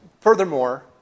furthermore